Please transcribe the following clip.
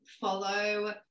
follow